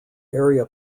area